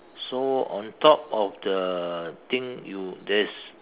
so on top of the thing you there's